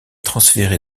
transféré